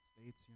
States